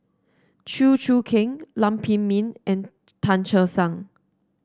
Chew Choo Keng Lam Pin Min and Tan Che Sang